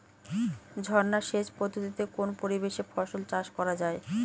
ঝর্না সেচ পদ্ধতিতে কোন পরিবেশে ফসল চাষ করা যায়?